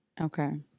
okay